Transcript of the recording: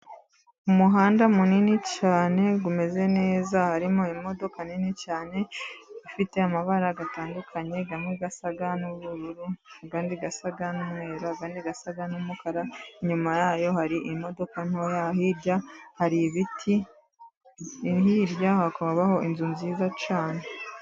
Umuhanda munini cyane umeze neza, harimo imodoka nini cyane ifite amabara atandukanye. Amwe asa n'ubururu, andi asa n'umweru, andi asa n'umukara inyuma yayo hari imodoka ntoya, hirya hari ibiti, iyo hirya hakabaho inzu nziza cyane.